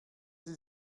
sie